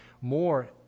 more